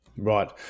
Right